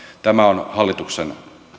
tämä on hallituksen